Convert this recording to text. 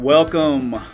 Welcome